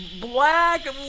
Black